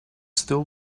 still